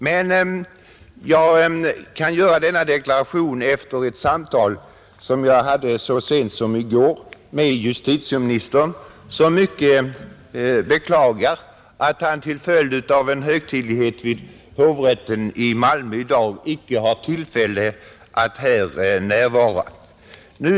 Men jag kan göra denna deklaration efter ett samtal som jag hade med Nr 87 justitieministern så sent som i går, och där justitieministern beklagade att — Fredagen den han på grund av en högtidlighet vid hovrätten i Malmö inte hade tillfälle 14 maj 1971 att närvara här i dag.